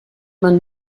man